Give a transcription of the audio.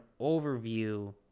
overview